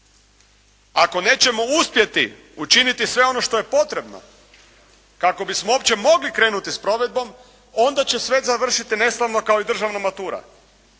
Ako nećemo uspjeti učiniti sve ono što je potrebno kako bismo uopće mogli krenuti s provedbom onda će sve završiti neslavno kao i državna matura.